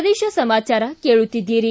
ಪ್ರದೇಶ ಸಮಾಚಾರ ಕೇಳುತ್ತೀದ್ದಿರಿ